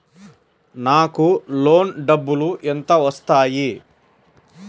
నాకు లోన్ డబ్బులు ఎంత వస్తాయి?